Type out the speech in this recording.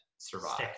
survive